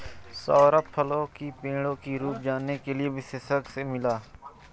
सौरभ फलों की पेड़ों की रूप जानने के लिए विशेषज्ञ से मिला